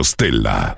Stella